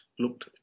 Looked